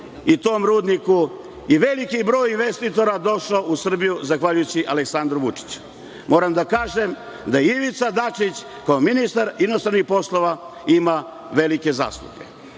i tom rudniku. Veliki broj investitora došao je u Srbiju zahvaljujući Aleksandru Vučiću. Moram da kažem da i Ivica Dačić kao ministar inostranih poslova ima velike zasluge